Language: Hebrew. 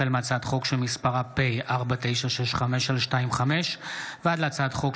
החל בהצעת חוק פ/4965/25 וכלה בהצעת חוק